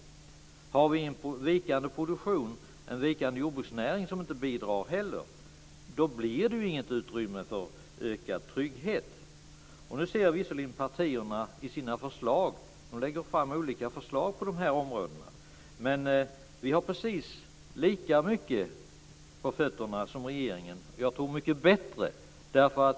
Har vi en vikande produktion och en vikande jordbruksnäring som inte bidrar, blir det ju inget utrymme för ökad trygghet. Nu lägger partierna visserligen fram olika förslag på dessa områden. Vi har precis lika mycket på fötter som regeringen och, tror jag, mycket mer.